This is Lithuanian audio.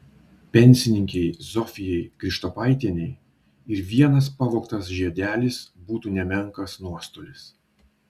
pensininkei zofijai krištopaitienei ir vienas pavogtas žiedelis būtų nemenkas nuostolis